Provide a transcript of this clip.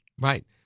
Right